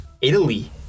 Italy